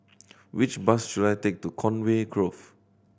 which bus should I take to Conway Grove